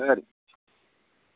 खरी